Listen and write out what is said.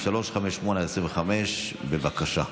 358/25. בבקשה,